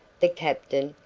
the captain,